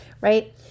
right